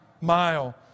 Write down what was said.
mile